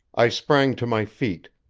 i sprang to my feet.